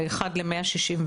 ל-1 ל-161.